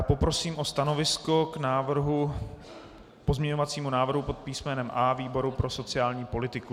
Poprosím o stanovisko k pozměňovacímu návrhu pod písmenem A výboru pro sociální politiku.